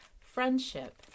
friendship